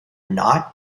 not